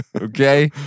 Okay